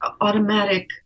automatic